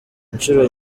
inshuro